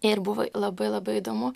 ir buvo labai labai įdomu